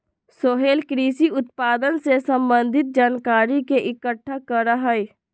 सोहेल कृषि उत्पादन से संबंधित जानकारी के इकट्ठा करा हई